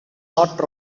not